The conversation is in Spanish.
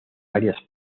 varias